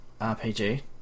RPG